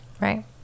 Right